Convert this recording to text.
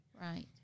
Right